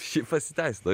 šiaip pasiteisino